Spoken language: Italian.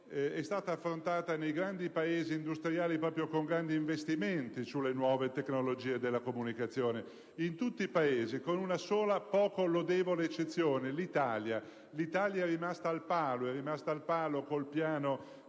è stata affrontata nei grandi Paesi industriali prevedendo grandi investimenti sulle nuove tecnologie della comunicazione. In tutti i Paesi, con una sola poco lodevole eccezione: l'Italia. L'Italia è rimasta al palo e lo è rimasta con il piano